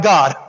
God